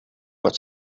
met